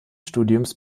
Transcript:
studiums